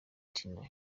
tino